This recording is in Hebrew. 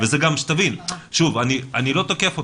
אני לא תוקף אותך,